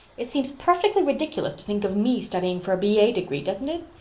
it seems perfectly ridiculous to think of me studying for a b a. degree, doesn't it?